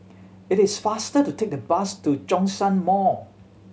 it is faster to take the bus to Zhongshan Mall